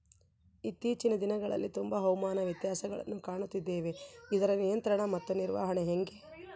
ಇತ್ತೇಚಿನ ದಿನಗಳಲ್ಲಿ ತುಂಬಾ ಹವಾಮಾನ ವ್ಯತ್ಯಾಸಗಳನ್ನು ಕಾಣುತ್ತಿದ್ದೇವೆ ಇದರ ನಿಯಂತ್ರಣ ಮತ್ತು ನಿರ್ವಹಣೆ ಹೆಂಗೆ?